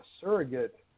surrogate